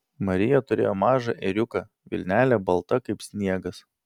marija turėjo mažą ėriuką vilnelė balta kaip sniegas